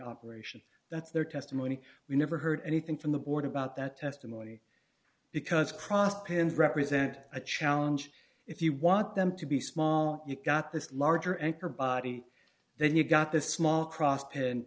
operation that's their testimony we never heard anything from the board about that testimony because cross pins represent a challenge if you want them to be small you got this larger anchor body then you got this small cross